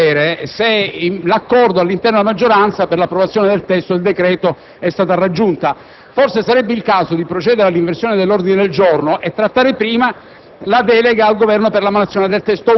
Non ci edato di vedere e sapere se l’accordo all’interno della maggioranza per l’approvazione del testo del decreto e stato raggiunto. Forse, sarebbe il caso di procedere all’inversione dell’ordine del giorno e trattare prima